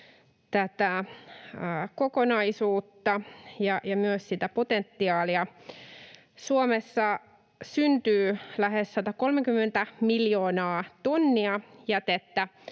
tätä kokonaisuutta ja myös sitä potentiaalia: Suomessa syntyy lähes 130 miljoonaa tonnia jätettä,